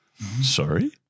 Sorry